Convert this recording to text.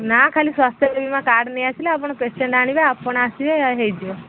ନା ଖାଲି ସ୍ୱାସ୍ଥ୍ୟ ବୀମା କାର୍ଡ଼ ନେଇ ଆସିଲେ ଆପଣ ପେସେଣ୍ଟ୍ ଆଣିବେ ଆପଣ ଆସିବେ ହେଇଯିବ